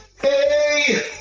hey